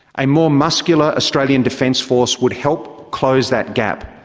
a more muscular australian defence force would help close that gap.